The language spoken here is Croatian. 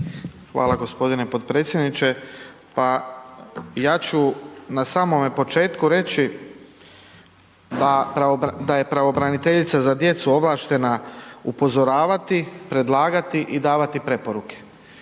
Hvala g. potpredsjedniče. Pa ja ću na samome početku reći da je pravobraniteljica za djecu ovlaštena upozoravati, predlagati i davati preporuke.